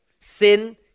sin